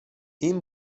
این